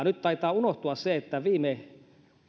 nyt taitaa unohtua se että viime